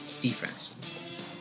defense